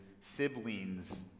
siblings